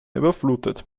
überflutet